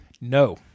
No